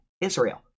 Israel